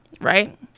right